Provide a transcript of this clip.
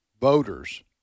voters